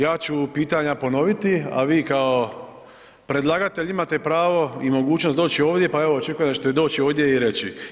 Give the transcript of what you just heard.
Ja ću pitanja ponoviti, a vi kao predlagatelj imate pravo i mogućnost doći ovdje pa evo očekujem da ćete doći ovdje i reći.